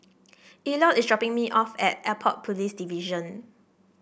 Elliott is dropping me off at Airport Police Division